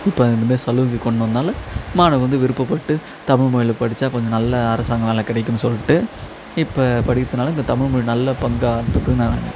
இப்போ இந்தமாரி சலுகைகள் கொண்டு வந்தன்னால் மாணவர் வந்து விருப்பப்பட்டு தமிழ்மொழியில் படிச்சா கொஞ்ச நல்ல அரசாங்க வேலை கிடைக்கும்னு சொல்லிட்டு இப்போ படிக்கிறத்துனால இந்த தமிழ்மொழி நல்ல பங்கு ஆற்றுதுனு நான்